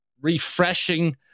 refreshing